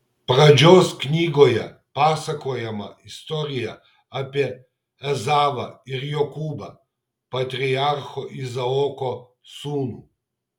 pradžios knygoje pasakojama istorija apie ezavą ir jokūbą patriarcho izaoko sūnų